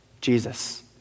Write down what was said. Jesus